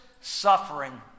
suffering